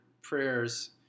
prayers